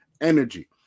energy